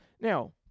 Now